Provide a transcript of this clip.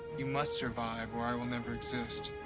you must survive or i will never exist.